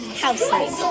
houses